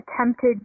attempted